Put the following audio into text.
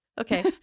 Okay